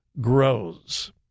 grows